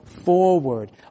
forward